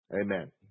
Amen